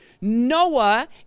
Noah